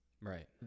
right